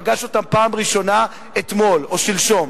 פגש אותן בפעם הראשונה אתמול או שלשום.